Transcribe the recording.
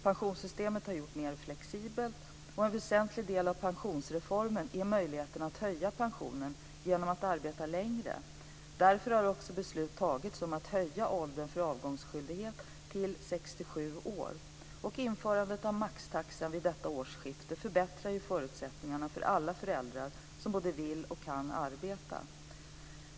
Pensionssystemet har gjorts mer flexibelt, och en väsentlig del av pensionsreformen är möjligheten att höja pensionen genom att arbeta lite längre. Därför har också beslut fattats om att höja åldern för avgångsskyldighet till 67 år. Införandet av maxtaxan vid årsskiftet förbättrar förutsättningarna för alla föräldrar som vill och kan arbeta.